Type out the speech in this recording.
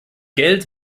geld